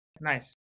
nice